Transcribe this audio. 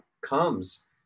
comes